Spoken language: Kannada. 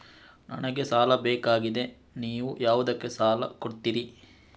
ನನಗೆ ಸಾಲ ಬೇಕಾಗಿದೆ, ನೀವು ಯಾವುದಕ್ಕೆ ಸಾಲ ಕೊಡ್ತೀರಿ?